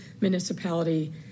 municipality